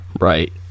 Right